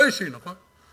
זה לא אישי, נכון?